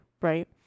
right